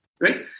Right